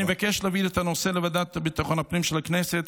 אני אבקש להעביר את הנושא לוועדה לביטחון לאומי של הכנסת,